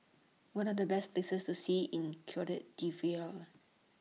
What Are The Best Places to See in Cote D'Ivoire